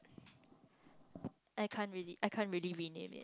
I can't really I can't really rename it